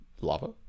lava